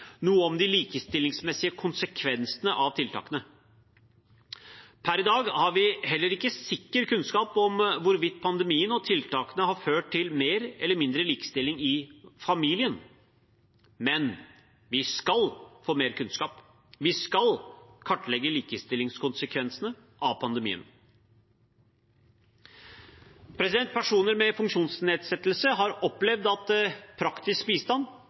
noe om de likestillingsmessige konsekvensene av tiltakene. Per i dag har vi heller ikke sikker kunnskap om hvorvidt pandemien og tiltakene har ført til mer eller mindre likestilling i familien. Men vi skal få mer kunnskap. Vi skal kartlegge likestillingskonsekvensene av pandemien. Personer med funksjonsnedsettelse har opplevd at praktisk bistand,